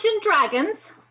Dragons